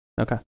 Okay